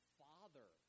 father